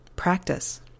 practice